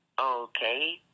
Okay